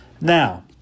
Now